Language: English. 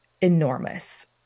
enormous